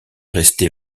restée